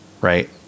Right